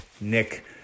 Nick